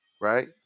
right